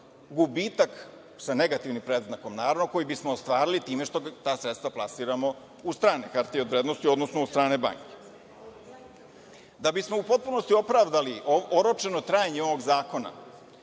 gubitak sa negativnim predznakom, naravno, koji bismo ostvarili time što ta sredstva plasiramo u strane hartije od vrednosti, odnosno u strane banke. Da bismo u potpunosti opravdali oročeno trajanje ovog zakona,